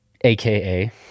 AKA